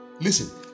listen